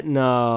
no